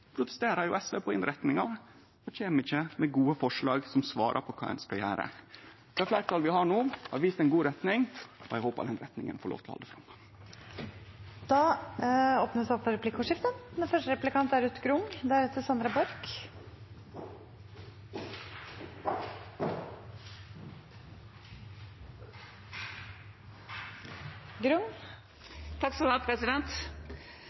protesterer jo SV på innretninga – og kjem ikkje med gode forslag som svarar på kva ein skal gjere. Det fleirtalet vi har no, har vist ei god retning, og eg håpar den retninga får lov til å halde fram. Det blir replikkordskifte. Klima rammer spesielt utviklingsland, og